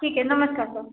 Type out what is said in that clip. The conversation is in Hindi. ठीक है नमस्कार सर